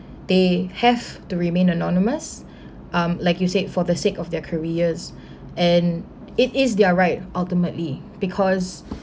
they have to remain anonymous um like you said for the sake of their careers and it is their right ultimately because